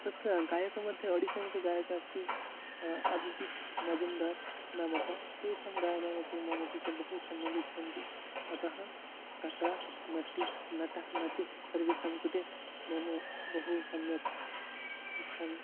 तत्र गायकमध्ये आडिसन् कः गायक अस्ति अबिजित् मोजुम्दार् नामक तेषां गायनमपि मम कृते बहु सम्यक् इच्छन्ति अतः तट नटी नटः नटी सर्वेषां कृते मम बहु सम्यक् इच्छामि